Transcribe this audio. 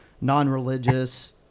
non-religious